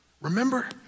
Remember